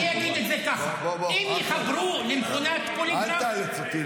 אני אגיד את זה ככה: אם יחברו למכונת פוליגרף --- אל תאלץ אותי.